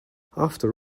after